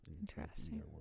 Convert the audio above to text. Interesting